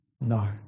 no